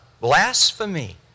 Blasphemy